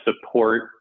support